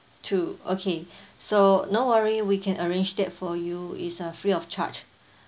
two okay so no worry we can arrange that for you it's uh free of charge